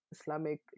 Islamic